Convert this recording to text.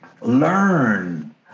learn